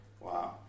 wow